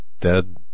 dead